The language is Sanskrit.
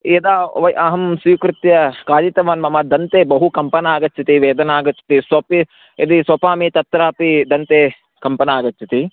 यदा वा अहं स्वीकृत्य खादितवान् मम दन्ते बहु कम्पना आगच्छति वेदना आगच्छति स्वपि यदि स्वपामि तत्रापि दन्ते कम्पना आगच्छति